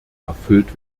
erfüllt